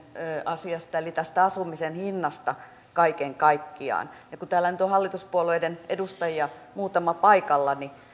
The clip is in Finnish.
asiasta eli tästä asumisen hinnasta kaiken kaikkiaan kun täällä nyt on hallituspuolueiden edustajia muutama paikalla niin